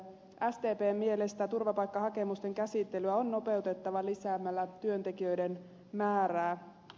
sdpn mielestä turvapaikkahakemusten käsittelyä on nopeutettava lisäämällä työntekijöiden määrää